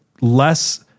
less